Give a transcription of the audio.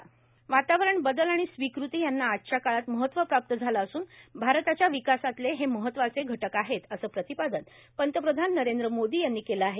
पंतप्रधान वातावरण बदल आणि स्वीकृती ह्यांना आजच्या काळात महत्व प्राप्त झाले असून भारताच्या विकासातले हे महत्वाचे घटक आहेत असे प्रतिपादन पंतप्रधान नरेंद्र मोदी यांनी केलं आहे